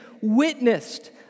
witnessed